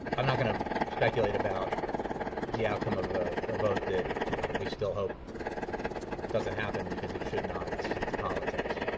i'm not going to speculate about the outcome of a vote that we still hope doesn't happen because it should not it's it's politics.